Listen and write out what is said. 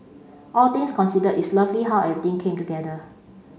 all things considered it's lovely how everything came together